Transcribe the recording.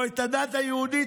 או את הדת היהודית,